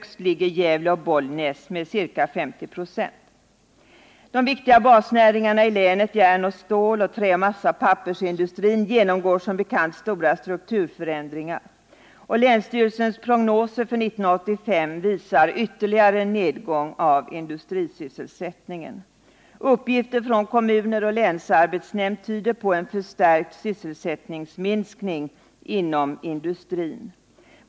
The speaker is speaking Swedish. Högst ligger Gävle och Bollnäs med ca 50 96. De viktiga basnäringarna i länet, järnoch stålindustrin samt trä-, massaoch pappersindustrin genomgår som bekant stora strukturförändringar. Länsstyrelsens prognoser för 1985 visar på ytterligare nedgång av industrisysselsättningen. Uppgifter från kommuner och länsarbetsnämnder tyder på en ökning av sysselsättningsminskningen inom industrin.